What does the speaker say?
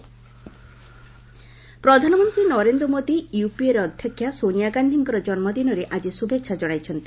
PM Sonia ପ୍ରଧାନମନ୍ତ୍ରୀ ନରେନ୍ଦ୍ର ମୋଦି ୟୁପିଏର ଅଧ୍ୟକ୍ଷା ସୋନିଆ ଗାନ୍ଧୀଙ୍କ ଜନ୍ମ ଦିନରେ ଆଜି ଶୁଭେଚ୍ଛା ଜଣାଇଛନ୍ତି